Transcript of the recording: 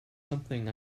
something